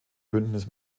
bündnis